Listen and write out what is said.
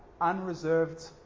unreserved